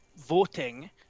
voting